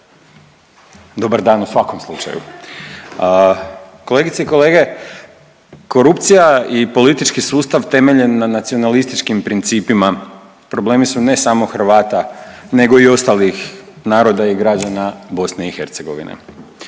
Dobar dan u svakom slučaju. Kolegice i kolege, korupcija i politički sustav temeljen na nacionalističkim principima problemi su ne samo Hrvata nego i ostalih naroda i građana BiH.